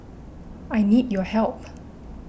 I need your help